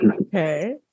Okay